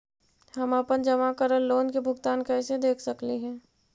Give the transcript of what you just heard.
हम अपन जमा करल लोन के भुगतान कैसे देख सकली हे?